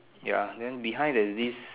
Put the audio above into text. ya then behind there's this